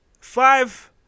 five